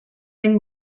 den